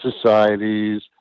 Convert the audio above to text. societies